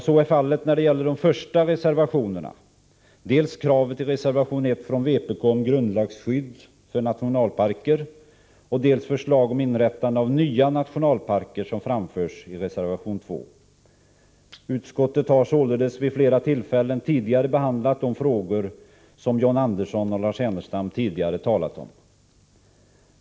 Så är fallet när det gäller de första reservationerna — dels kravet i reservation 1 från vpk om grundlagsskydd för nationalparker, dels förslaget om inrättande av nya nationalparker, som framförs i reservation 2. Utskottet har således vid flera tillfällen tidigare behandlat de frågor som John Andersson och Lars Ernestam här talat om.